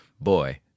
boy